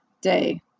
day